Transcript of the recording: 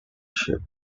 ship